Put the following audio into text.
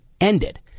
ended